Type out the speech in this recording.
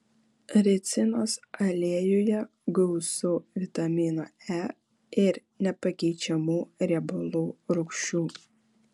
ricinos aliejuje gausu vitamino e ir nepakeičiamų riebalų rūgščių